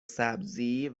سبزی